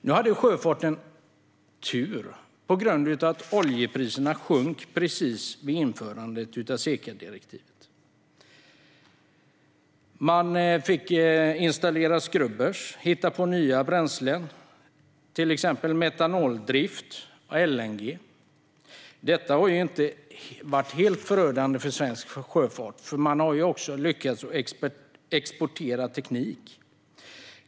Nu hade sjöfarten tur, eftersom oljepriserna sjönk precis vid införandet av SECA-direktivet. Man fick installera skrubbrar och hitta på nya bränslen, till exempel metanol och LNG. Detta har ju inte varit helt förödande för svensk sjöfart; man har ju också lyckats att exportera teknik.